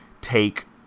take